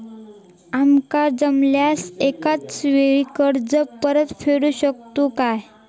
आमका जमल्यास एकाच वेळी कर्ज परत फेडू शकतू काय?